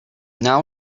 now